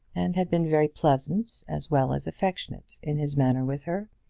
and had been very pleasant as well as affectionate in his manner with her.